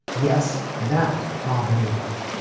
yes, that bob newhart,